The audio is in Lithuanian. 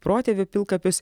protėvių pilkapius